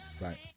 Right